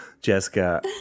Jessica